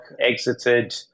exited